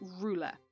ruler